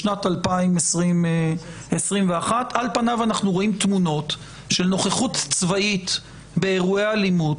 בשנת 2021. על פניו אנחנו רואים תמונות של נוכחות צבאית באירועי אלימות,